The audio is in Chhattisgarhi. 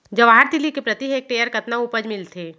जवाहर तिलि के प्रति हेक्टेयर कतना उपज मिलथे?